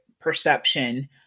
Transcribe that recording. perception